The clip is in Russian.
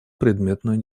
предметную